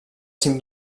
cim